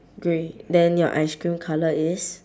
grey then your ice cream colour is